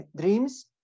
dreams